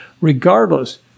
Regardless